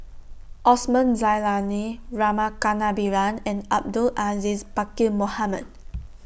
Osman Zailani Rama Kannabiran and Abdul Aziz Pakkeer Mohamed